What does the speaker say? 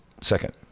second